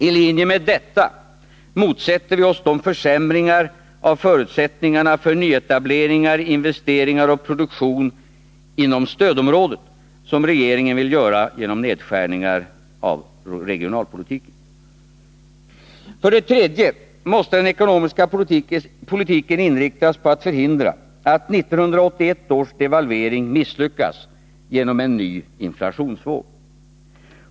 I linje med detta motsätter vi oss de försämringar av förutsättningarna för nyetableringar, investeringar och produktion inom stödområdet som regeringen vill göra genom nedskärningar inom regionalpolitiken. För det tredje måste den ekonomiska politiken inriktas på att förhindra att 1981 års devalvering misslyckas genom en ny inflationsvåg.